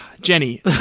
Jenny